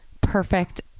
perfect